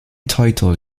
title